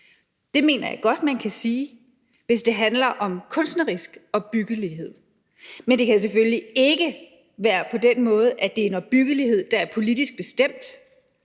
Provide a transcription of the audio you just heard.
Det mener jeg godt man kan sige, hvis det handler om kunstnerisk opbyggelighed. Men det kan selvfølgelig ikke være på den måde, at det er en opbyggelighed, der er politisk bestemt